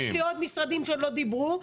יש לי עוד משרדים שלא דיברו.